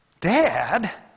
Dad